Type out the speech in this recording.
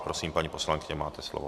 Prosím, paní poslankyně, máte slovo.